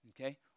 Okay